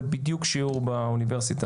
זה בדיוק שיעור באוניברסיטה.